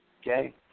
okay